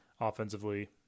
offensively